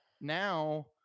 now